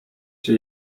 się